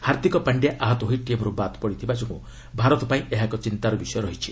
ହାର୍ଦ୍ଦିକ ପାଣ୍ଡ୍ୟା ଆହତ ହୋଇ ଟିମ୍ରୁ ବାଦ୍ ପଡ଼ିଥିବା ଯୋଗୁଁ ଭାରତ ପାଇଁ ଏହା ଏକ ଚିନ୍ତାର ବିଷୟ ରହିଛି